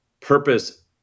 purpose